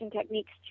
techniques